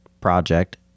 project